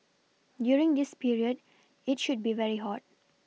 during this period it should be very hot